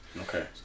okay